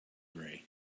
gray